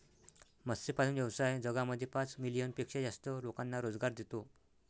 मत्स्यपालन व्यवसाय जगामध्ये पाच मिलियन पेक्षा जास्त लोकांना रोजगार देतो